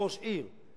כראש עיר.